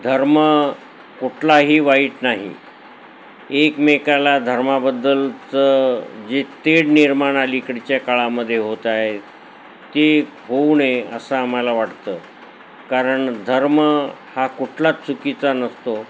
धर्म कुठलाही वाईट नाही एकमेकाला धर्माबद्दलचं जे तेढ निर्माण अलीकडच्या काळामधे होत आहे ते होऊ नये असं आम्हाला वाटतं कारण धर्म हा कुठलाच चुकीचा नसतो